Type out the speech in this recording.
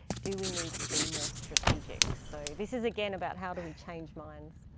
do we need to be more strategic? so this is again about how do we change minds.